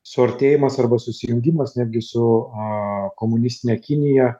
suartėjimas arba susijungimas netgi su komunistine kinija